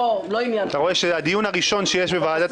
אתה רואה שהדיון הראשון שמתקיים בוועדת